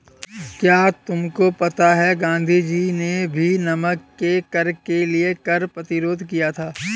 क्या तुमको पता है गांधी जी ने भी नमक के कर के लिए कर प्रतिरोध किया था